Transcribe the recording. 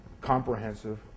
comprehensive